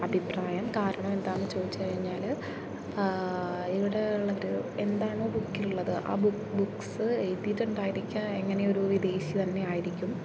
അഭിപ്രായം കാരണമെന്താണെന്ന് ചോദിച്ച് കഴിഞ്ഞാൽ ഇവിടെ ഉള്ളവർ എന്താണോ ബുക്കിലുള്ളത് ആ ബുക്ക് ബുക്ക്സ് എഴുതിയിട്ടുണ്ടായിരിക്കുക എങ്ങനെയൊരു വിദേശി തന്നെയായിരിക്കും